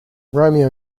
romeo